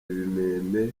ibimeme